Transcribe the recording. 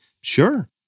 Sure